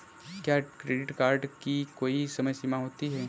क्या credit card की कोई समय सीमा होती है?